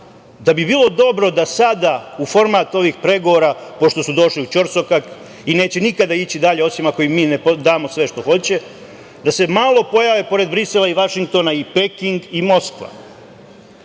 da bi bilo dobro da sada u format ovih pregovora, pošto su došli u ćorsokak i neće nikada ići dalje, osim ako im mi ne damo sve što hoće, da se malo pojave pored Brisela i Vašingtona i Peking i Moskva.